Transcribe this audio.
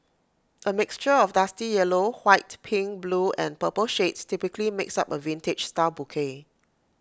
A mixture of dusty yellow white pink blue and purple shades typically makes up A vintage style bouquet